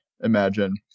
imagine